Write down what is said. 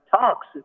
talks